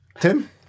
Tim